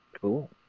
Cool